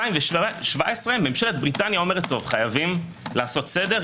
ממשלת בריטניה אומרת: חייבים לעשות סדר.